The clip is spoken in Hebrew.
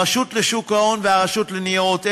הרשות לשוק ההון והרשות לניירות ערך.